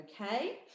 okay